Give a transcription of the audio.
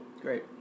Great